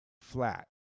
flat